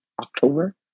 October